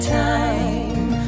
time